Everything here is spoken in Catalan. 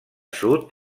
sud